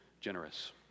generous